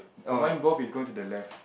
for mine both is going to the left